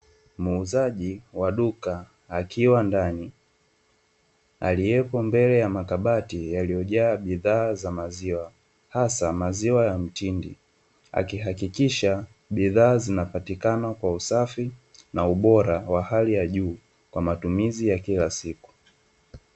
Muuzaji wa duka akiwa ndani, aliyepo mbele ya makabati yaliyojaa bidhaa za maziwa, hasa maziwa ya mtindi akihakikisha bidhaa zinapatikana kwa usafi na ubora wa hali ya juu kwa matumizi ya kila siku.